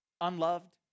Unloved